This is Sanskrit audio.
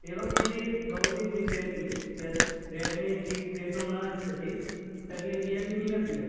एवं यदि भवती चिन्तयति यत् रेड्मी इति क्रेतुं न इच्छति तर्हि रीयल्मी अस्ति